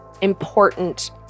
important